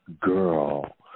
girl